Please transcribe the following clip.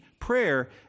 prayer